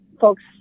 folks